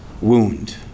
wound